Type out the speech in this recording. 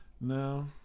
no